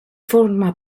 forma